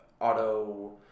auto